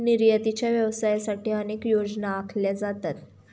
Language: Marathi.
निर्यातीच्या व्यवसायासाठी अनेक योजना आखल्या जातात